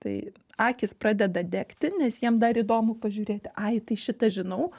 tai akys pradeda degti nes jiem dar įdomu pažiūrėti ai tai šitą žinau